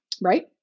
right